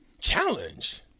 Challenge